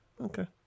Okay